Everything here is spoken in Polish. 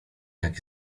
tak